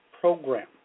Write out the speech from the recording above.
program